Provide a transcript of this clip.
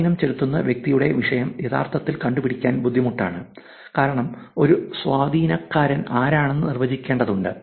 സ്വാധീനം ചെലുത്തുന്ന വ്യക്തിയുടെ വിഷയം യഥാർത്ഥത്തിൽ കണ്ടുപിടിക്കാൻ ബുദ്ധിമുട്ടാണ് കാരണം ഒരു സ്വാധീനക്കാരൻ ആരാണെന്ന് നിർവ്വചിക്കേണ്ടതുണ്ട്